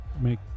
make